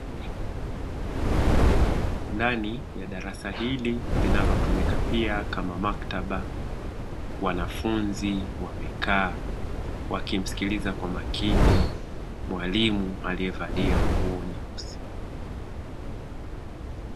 Ndani ya darasa hili linalotumika pia kama maktaba wanafunzi wamekaa wakimsikiliza kwa makini mwalimu aliyevalia nguo nyeusi.